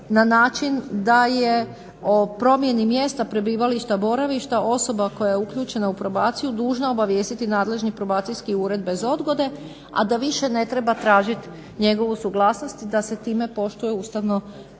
na način da je o promjeni mjesta prebivališta, boravišta osoba koja je uključena u probaciju dužna obavijestiti nadležni probacijski ured bez odgode, a da više ne treba tražit njegovu suglasnot i da se time poštuje ustavno pravo